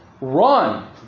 run